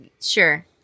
Sure